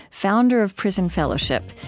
founder of prison fellowship,